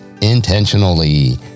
intentionally